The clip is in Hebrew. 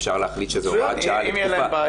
אפשר להחליט שזו הוראת שעה לתקופה ארוכה יותר.